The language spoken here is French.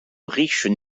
riches